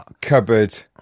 cupboard